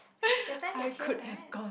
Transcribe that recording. that time he came right